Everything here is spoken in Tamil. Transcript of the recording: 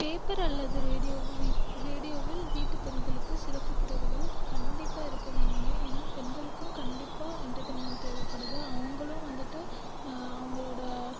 பேப்பர் அல்லது ரேடியோ ரேடியோவில் வீட்டு பெண்களுக்கு சிறப்பு பிரிவுகள் கண்டிப்பாக இருக்க வேணும்ங்க ஏன்னால் பெண்களுக்கும் கண்டிப்பாக என்டர்டெய்ன்மெண்ட் தேவைப்படுது அவர்களும் வந்துட்டு அவர்களோட